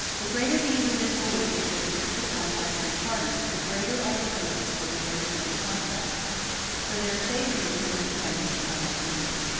the greater the individual weakness of each of the contracting parties, the greater are the chances of the duration of the contract for their safety is then dependent upon their union.